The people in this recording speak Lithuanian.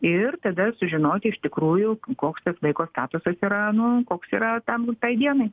ir tada sužinoti iš tikrųjų koks tas vaiko statusas yra nu koks yra tam tai dienai